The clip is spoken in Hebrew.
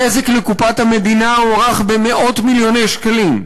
הנזק לקופת המדינה הוערך במאות מיליוני שקלים.